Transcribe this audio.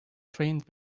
trained